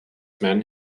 men